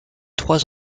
trois